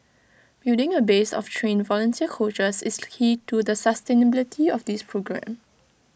building A base of trained volunteer coaches is the key to the sustainability of this programme